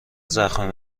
زخم